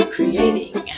Creating